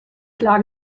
klar